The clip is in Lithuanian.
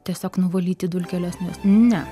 tiesiog nuvalyti dulkeles ne